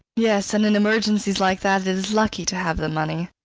yes, and in emergencies like that it is lucky to have the money.